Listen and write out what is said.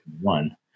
One